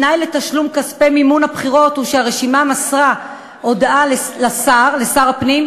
תנאי לתשלום כספי מימון הבחירות הוא שהרשימה מסרה הודעה לשר הפנים,